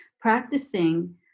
practicing